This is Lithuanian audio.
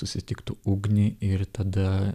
susitiktų ugnį ir tada